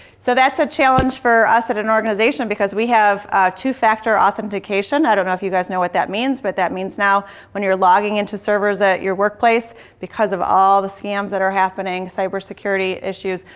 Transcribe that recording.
so that's a challenge for us at an organization, because we have two factor authentication. i don't know if you guys know what that means, but that means now when you're logging into servers at your workplace because of all the scams that are happening, cyber security issues,